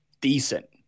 decent